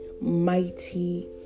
mighty